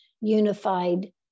unified